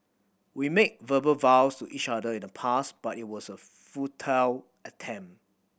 we made verbal vows to each other in the past but it was a futile attempt